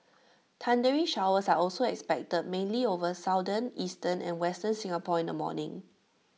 thundery showers are also expected mainly over southern eastern and western Singapore in the morning